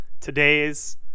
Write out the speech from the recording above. today's